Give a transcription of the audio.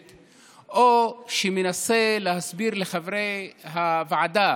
ובין שהוא שמנסה להסביר לחברי הוועדה